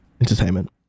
entertainment